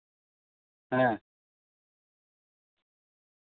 ᱦᱮᱸ